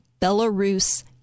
Belarus